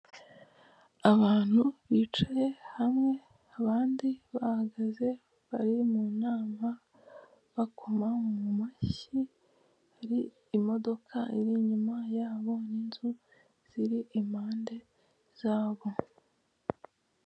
Abantu bicaye hamwe, abandi bahagaze bari mu nama bakoma amashyi, hari imodoka iri inyuma yabo , n'inzu ziri impamde zabo.